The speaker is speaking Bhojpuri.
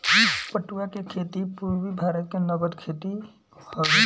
पटुआ के खेती पूरबी भारत के नगद खेती हवे